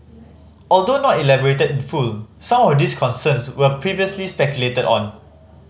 although not elaborated in full some of these concerns were previously speculated on